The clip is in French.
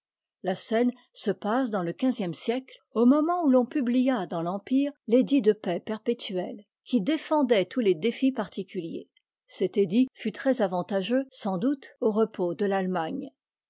la scène se passe dans le quinzième siècle au moment où l'on publia dans l'empire l'édit de paix perpétuelle qui défendait tous les décs particuliers cet édit fut très avantageux sans doute au repos de l'allemagne